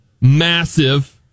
Massive